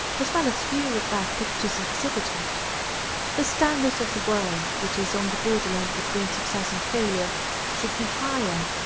as well as fewer bad pictures exhibited the standard of the work which is on the borderland between success and failure should be higher.